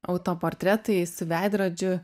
autoportretai su veidrodžiu